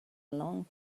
long